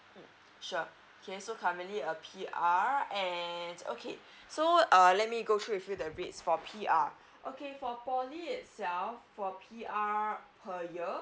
mm sure okay so currently a P_R and okay so err let me go through with you the rate for P_R okay for poly itself for P_R per year